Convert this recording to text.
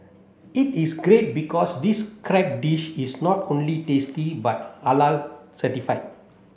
it is great because this crab dish is not only tasty but Halal certified